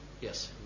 Yes